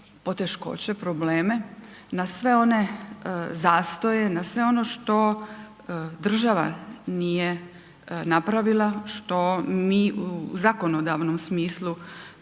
poteškoće, probleme, na sve one zastoje, na sve ono što država nije napravila što mi u zakonodavnom smislu